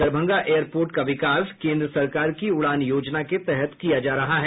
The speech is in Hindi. दरभंगा एयर पोर्ट का विकास केन्द्र सरकार की उड़ान योजना के तहत किया जा रहा है